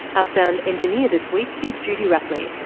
ah sound engineer this week is judy rapley,